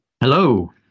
Hello